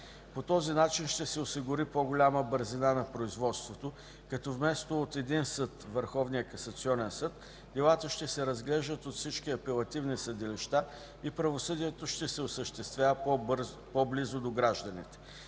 По този начин ще се осигури по-голяма бързина на производството, като вместо от един съд – Върховния касационен съд, делата ще се разглеждат от всички апелативни съдилища и правосъдието ще се осъществява по-близо до гражданите.